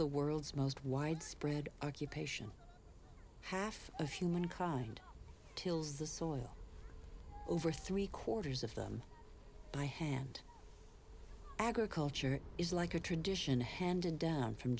the world's most widespread occupation half of humankind tills the soil over three quarters of them by hand agriculture is like a tradition handed down from